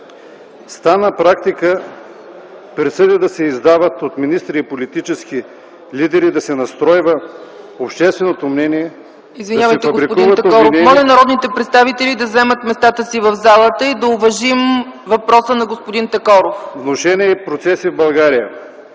стана практика присъди да се издават от министри и политически лидери, да се настройва общественото мнение, да се фабрикуват обвинения, … ПРЕДСЕДАТЕЛ ЦЕЦКА ЦАЧЕВА: Извинявайте, господин Такоров. Моля народните представители да заемат местата си в залата и да уважим въпроса на господин Такоров. РУМЕН ТАКОРОВ: … внушения и процеси в България.